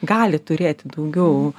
gali turėti daugiau